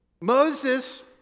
Moses